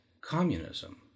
communism